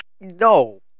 No